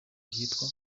byitwa